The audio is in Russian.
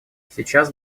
сейчас